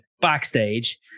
backstage